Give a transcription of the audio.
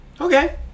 Okay